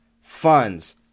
funds